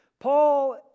Paul